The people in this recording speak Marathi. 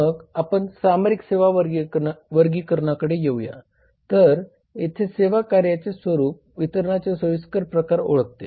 मग आपण सामरिक सेवा वर्गीकरणाकडे येऊया तर येथे सेवा कार्यचे स्वरूप वितरणचे सोयीस्कर प्रकार ओळखते